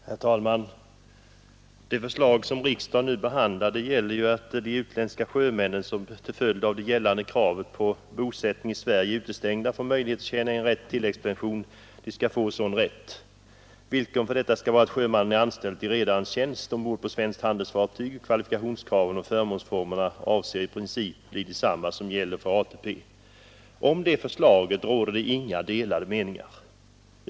Herr talman! Det förslag som riksdagen nu behandlar gäller hur de utländska sjömän som till följd av det gällande kravet på bosättning i Sverige är utestängda från möjlighet att tjäna in rätt till tilläggspension skall kunna få en sådan rätt. Villkoren för detta skall vara att sjömannen är anställd i redarens tjänst ombord på svenskt handelsfartyg. Kvalifikationskrav och förmånsformer avses i princip bli desamma som gäller för ATP. Om det förslaget råder inga delade meningar.